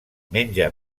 menja